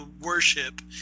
worship